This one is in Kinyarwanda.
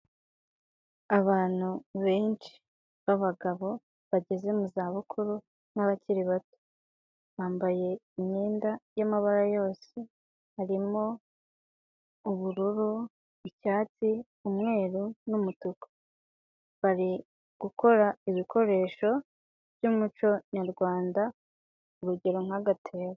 Abantu benshi b'abagabo bageze mu zabukuru n'abakiri bato, bambaye imyenda y'amabara yose harimo ubururu, icyatsi, umweru n'umutuku. Bari gukora ibikoresho by'umuco nyarwanda urugero nk'agatebo.